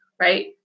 right